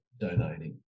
donating